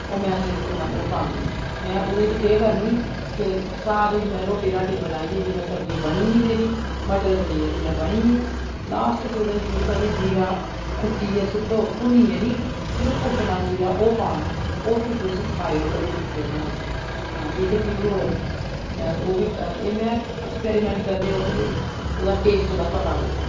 ओह् में निं मतलब पांदी में ओह्दे च केह् करनी कि सारी रुट्टी रट्टी बनाइयै जिस बेल्लै सब्जी बनी गेई मेरी मटर पनीर जिस बेल्लै बनी गेआ लास्ट च ओह्दे च कदें जीरा कुट्टियै सुट्टो भुन्नियै निं सिर्फ कुट्टना जीरा ओह् पाना ओह् फ्ही तुस खाएओ कदें दिक्खेओ बनाइयै हां इक चीज होर उब्भी एह् में ऐक्सपैरिमैंट करदी रौह्न्नी फ्ही ओह्दा टेस्ट दा पता लगदा